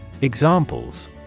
Examples